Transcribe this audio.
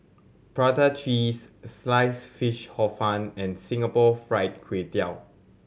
prata cheese Sliced Fish Hor Fun and Singapore Fried Kway Tiao